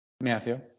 Matthew